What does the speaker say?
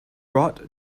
brought